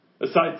aside